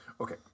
Okay